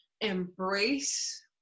embrace